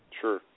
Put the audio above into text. sure